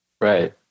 Right